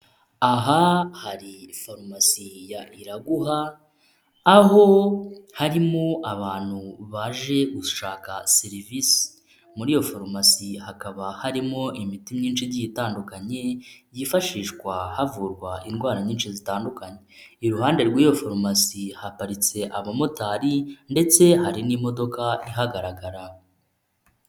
Aha hari farumasi ya Iraguha aho harimo abantu baje gushaka serivisi muri iyo farumasi hakaba harimo imiti myinshi igiye itandukanye yifashishwa havurwa indwara nyinshi zitandukanye. Iruhande rw'iyo farumasi haparitse abamotari ndetse hari n'imodoka ihagaragara.